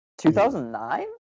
2009